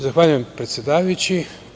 Zahvaljujem, predsedavajući.